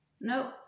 No